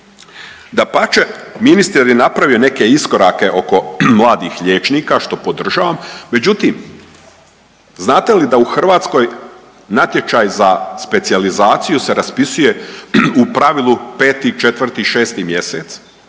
Dapače, ministar je napravio neke iskorake oko mladih liječnika što podržavam, međutim znate li da u Hrvatskoj natječaj za specijalizaciju se raspisuje u pravilu 5., 4. i 6. mjesec,